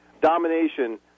domination